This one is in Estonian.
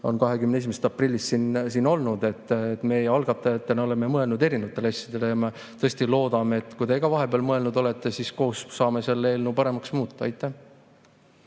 21. aprillist siin olnud. Meie algatajatena oleme mõelnud erinevatele asjadele ja me tõesti loodame, et kui ka teie vahepeal midagi mõelnud olete, siis koos saame selle eelnõu paremaks muuta. Aitäh!